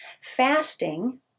fasting